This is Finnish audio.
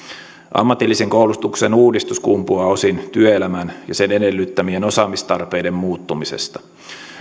ammatillisen koulutuksen uudistus kumpuaa osin työelämän ja sen edellyttämien osaamistarpeiden muuttumisesta